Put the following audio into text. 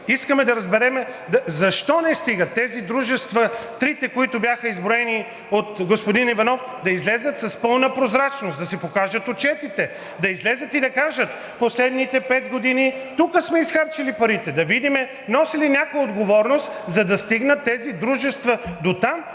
Искаме да разберем защо не стигат. Тези дружества – трите, които бяха изброени от господин Иванов, да излязат с пълна прозрачност, да си покажат отчетите, да излязат и да кажат, че последните пет години тук сме изхарчили парите, да видим носи ли някой отговорност, за да стигнат тези дружества дотам,